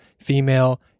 female